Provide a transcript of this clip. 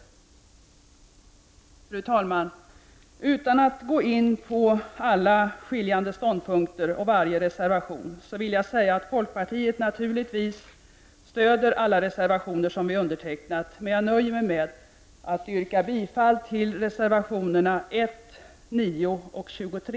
Fru talman! Utan att gå in på alla skiljande ståndpunkter och varje reservation vill jag säga att folkpartiet naturligvis stöder alla reservationer som vi undertecknat, men jag nöjer mig med att yrka bifall till reservationerna nr 1, 9 och 23.